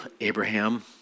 Abraham